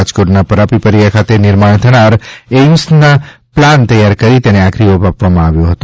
રાજકોટના પરાપીપરીયા ખાત નિર્માણ થનાર એઇમ્સના પ્લાન તૈયાર કરી તેને આખરી ઓપ આપવામાં આવ્યો હતો